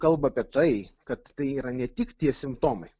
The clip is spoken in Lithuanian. kalba apie tai kad tai yra ne tik tie simptomai